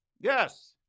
yes